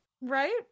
Right